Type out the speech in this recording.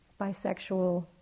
bisexual